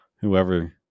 Whoever